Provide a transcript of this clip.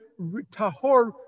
tahor